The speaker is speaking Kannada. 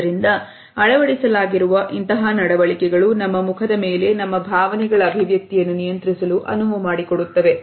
ಆದ್ದರಿಂದ ಅಳವಡಿಸಲಾಗಿರುವ ಇಂತಹ ನಡವಳಿಕೆಗಳು ನಮ್ಮ ಮುಖದ ಮೇಲೆ ನಮ್ಮ ಭಾವನೆಗಳ ಅಭಿವ್ಯಕ್ತಿಯನ್ನು ನಿಯಂತ್ರಿಸಲು ಅನುವುಮಾಡಿಕೊಡುತ್ತವೆ